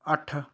ਅੱਠ